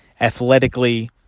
Athletically